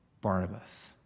Barnabas